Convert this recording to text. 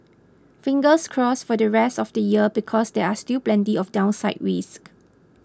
fingers crossed for the rest of the year because there are still plenty of downside risks